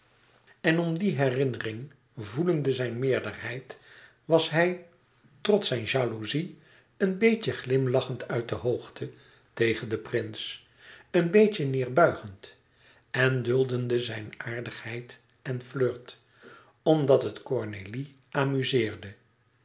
en om die herinnering voelende zijn meerderheid was hij trots zijn jalouzie een beetje glimlachend uit de hoogte tegen den prins een beetje neêrbuigend en duldende zijn aardigheid en flirt omdat het cornélie amuzeerde